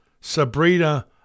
Sabrina